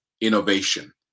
innovation